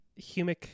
humic